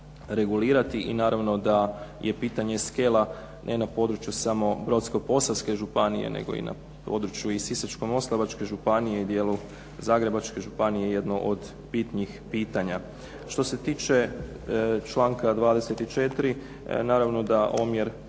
regulirati i naravno da je pitanje skela ne na području samo Brodsko-posavske županije i na području Sisačko-moslavačke županije i dijelu Zagrebačke županije jedno od bitnih pitanja. Što se tiče članka 24. naravno da omjer